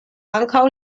ankaŭ